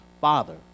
Father